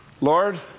Lord